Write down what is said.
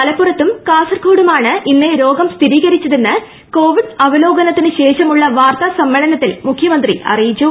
മലപ്പുറത്തും കാസർകോടുമാണ് ഇന്ന് രോഗം സ്ഥിരീകരിച്ചതെന്ന് കോവിഡ് അവലോകനത്തിന് ശേഷമുള്ള വാർത്താസമ്മേളനത്തിൽ മുഖ്യമന്ത്രി അറിയിച്ചു